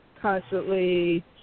constantly